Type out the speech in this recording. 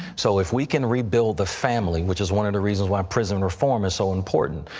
so if we can rebuild the family, which is one of the reasons why prison reform is so important,